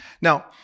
Now